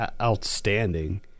outstanding